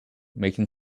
making